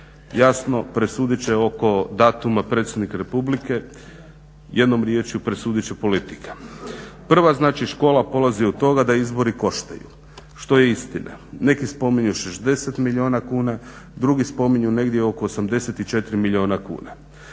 Jasno presudit će oko datuma predsjednik Republike, jednom riječju presudit će politika. Prva znači škola polazi od toga da izbori koštaju, što je istina. Neki spominju 60 milijuna kuna, drugi spominju negdje oko 84 milijuna kuna.